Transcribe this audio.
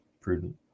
prudent